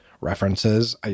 references